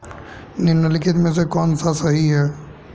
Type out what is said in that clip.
निम्नलिखित में से कौन सा सही है?